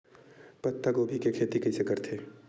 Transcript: पत्तागोभी के खेती कइसे करथे?